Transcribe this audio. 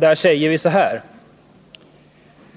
Där säger vi: ”